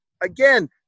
again